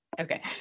Okay